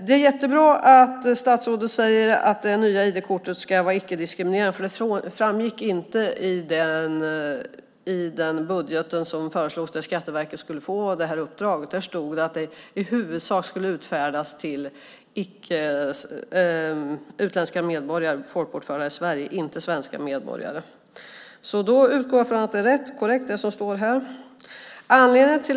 Det är jättebra att statsrådet säger att det nya ID-kortet ska vara icke-diskriminerande, för det framgick inte i den budget som föreslogs där Skatteverket skulle få det här uppdraget. Där stod det att det i huvudsak skulle utfärdas till utländska medborgare folkbokförda i Sverige, inte svenska medborgare. Då utgår jag från att det som står här är korrekt.